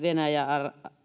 venäjää